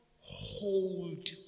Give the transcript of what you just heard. hold